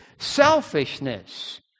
Selfishness